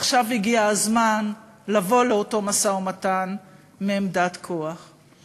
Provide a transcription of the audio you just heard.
עכשיו הגיע הזמן לבוא לאותו משא-ומתן מעמדת כוח.